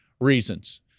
reasons